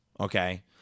Okay